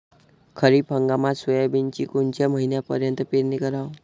खरीप हंगामात सोयाबीनची कोनच्या महिन्यापर्यंत पेरनी कराव?